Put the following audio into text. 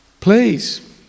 please